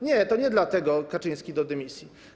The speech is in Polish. Nie, to nie dlatego Kaczyński do dymisji.